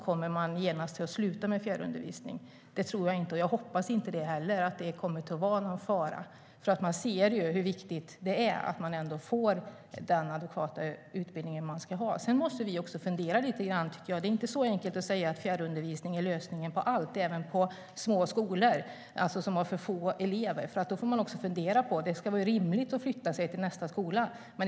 Och jag hoppas inte heller att det kommer att vara någon fara för det. Man ser hur viktigt det är att eleverna får den adekvata utbildning de ska ha. Vi måste också fundera lite grann. Det är inte så enkelt att fjärrundervisning är lösningen på allt, även på problemet med små skolor som har för få elever. Det ska vara rimligt att flytta till nästa skola.